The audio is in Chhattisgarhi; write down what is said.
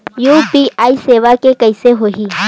यू.पी.आई सेवा के कइसे होही?